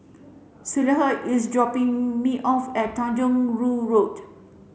Schuyler is dropping me off at Tanjong Rhu Road